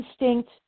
instinct